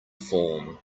form